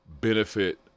benefit